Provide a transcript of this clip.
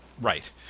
Right